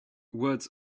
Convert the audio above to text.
words